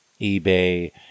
eBay